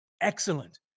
excellent